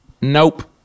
nope